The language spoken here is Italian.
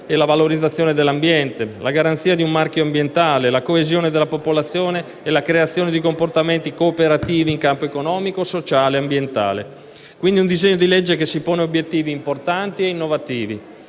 e la valorizzazione dell'ambiente, la garanzia di un marchio ambientale, la coesione della popolazione e la creazione di comportamenti cooperativi in campo economico, sociale, ambientale. Quindi, quello al nostro esame è un disegno di legge che si pone obiettivi importanti e innovativi,